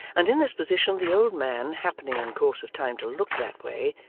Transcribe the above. and in this position the old man, happening in course of time to look that way,